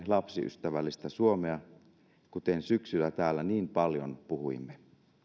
lapsiystävällistä suomea mistä syksyllä täällä niin paljon puhuimme